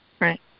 right